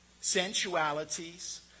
Sensualities